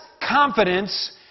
confidence